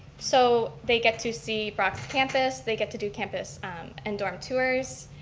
so they get to see brock's campus, they get to do campus and dorm tours.